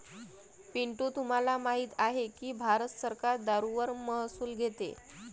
पिंटू तुम्हाला माहित आहे की भारत सरकार दारूवर महसूल घेते